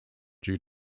due